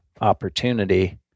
opportunity